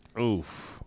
Oof